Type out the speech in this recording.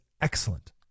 excellent